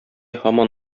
һаман